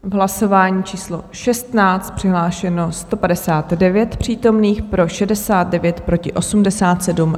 V hlasování číslo 16 přihlášeno 159 přítomných, pro 69, proti 87.